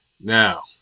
now